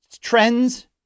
trends